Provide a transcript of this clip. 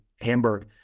Hamburg